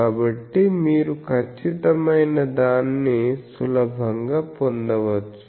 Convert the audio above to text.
కాబట్టి మీరు ఖచ్చితమైనదాన్ని సులభంగా పొందవచ్చు